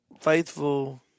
faithful